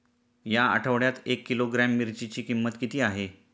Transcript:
या आठवड्यात एक किलोग्रॅम मिरचीची किंमत किती आहे?